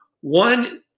One